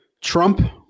Trump